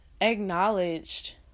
acknowledged